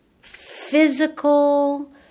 physical